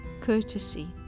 courtesy